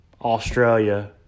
Australia